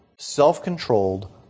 self-controlled